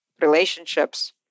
relationships